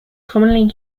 commonly